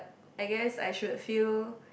I guess I should feel